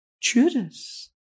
Judas